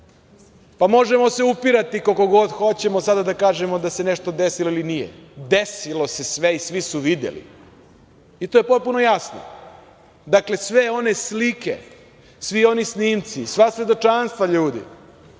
pa možemo se upirati koliko god hoćemo sada da kažemo da se nešto desilo ili nije. Desilo se sve i svi su videli i to je potpuno jasno. Dakle, sve one slike, svi oni snimci, sva svedočanstva ljudi,